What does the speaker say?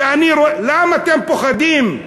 למה אתם פוחדים?